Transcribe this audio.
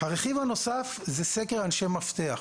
הרכיב הנוסף זה סקר אנשי מפתח,